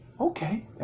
okay